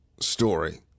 story